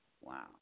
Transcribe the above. Wow